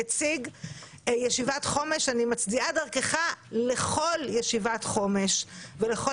נציג ישיבת חומש אני מצדיעה דרכך לכל ישיבת חומש ולכל